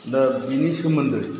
दा बिनि सोमोन्दै